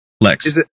Lex